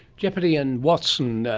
jeopardy and watson,